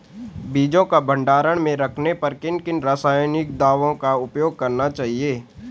बीजों को भंडारण में रखने पर किन किन रासायनिक दावों का उपयोग करना चाहिए?